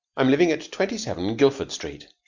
i'm living at twenty-seven guildford street.